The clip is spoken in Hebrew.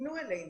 תפנו אלינו,